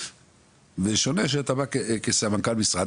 זה שונה כשאתה בא כסמנכ"ל משרד.